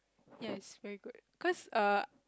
yes is very good cause err